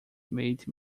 made